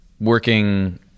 working